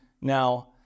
now